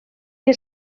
que